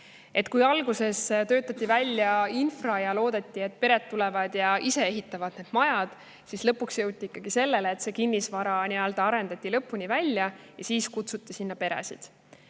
Kui alguses töötati välja infra ja loodeti, et pered tulevad ja ehitavad majad ise, siis lõpuks jõuti ikkagi selleni, et kinnisvara arendati lõpuni välja ja siis kutsuti sinna peresid.